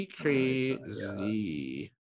crazy